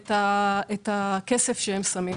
את הכסף שהם שמים.